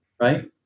right